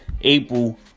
April